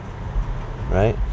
right